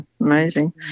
amazing